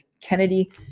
Kennedy